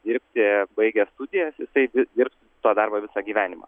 dirbti baigęs studijas jisai vis dirbs to darbo visą gyvenimą